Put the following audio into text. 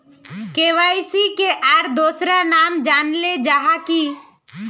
KYC के आर दोसरा नाम से जानले जाहा है की?